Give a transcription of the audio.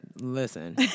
Listen